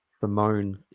bemoan